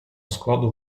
складу